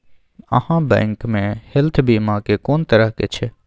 आहाँ बैंक मे हेल्थ बीमा के कोन तरह के छै?